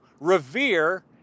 revere